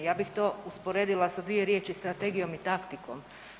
Ja bih to usporedila sa dvije riječi „strategijom“ i „taktikom“